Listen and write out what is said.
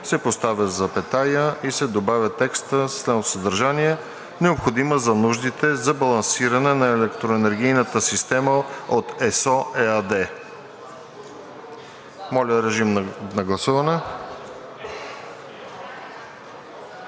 се поставя запетая и се добавя текстът със следното съдържание: „необходима за нуждите за балансиране на електроенергийната система от ЕСО ЕАД.“ Моля, режим на гласуване.